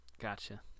Gotcha